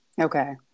Okay